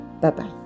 Bye-bye